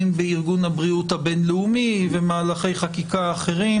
בארגון הבריאות הבין-לאומי ומהלכי חקיקה אחרים,